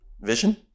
Vision